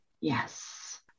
Yes